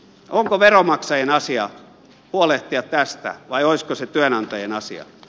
onko veronmaksajien asia huolehtia tästä vai olisiko se työnantajan asia